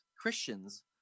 Christians